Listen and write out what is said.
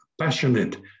Passionate